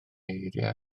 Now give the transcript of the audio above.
eiriau